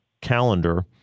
calendar